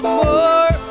more